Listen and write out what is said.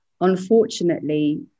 Unfortunately